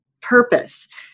purpose